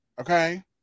Okay